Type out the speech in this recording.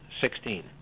Sixteen